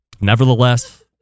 Nevertheless